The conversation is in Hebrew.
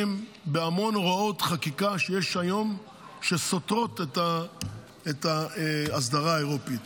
בהמון הוראות חקיקה שיש היום שסותרות את האסדרה האירופית.